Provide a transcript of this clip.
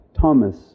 Thomas